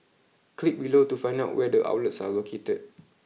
click below to find out where the outlets are located